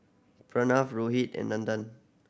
Pranav Rohit and Nandan